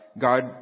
God